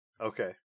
Okay